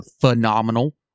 phenomenal